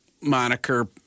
moniker